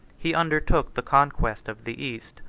he undertook the conquest of the east,